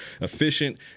efficient